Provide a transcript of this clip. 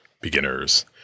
Beginners